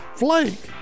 flake